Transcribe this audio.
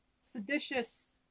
seditious